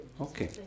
Okay